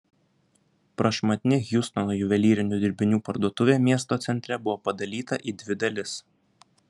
prašmatni hjustono juvelyrinių dirbinių parduotuvė miesto centre buvo padalyta į dvi dalis